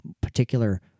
particular